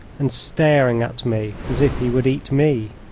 and staring at me as if he would eat me.